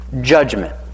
judgment